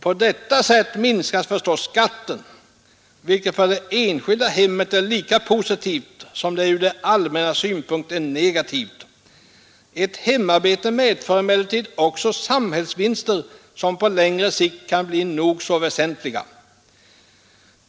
På detta sätt minskas förstås skatten, vilket för det enskilda hemmet är lika positivt som det ur det allmännas synpunkt är negativt. Ett hemarbete medför emellertid också samhällsvinster, som på längre sikt kan bli nog så väsentliga.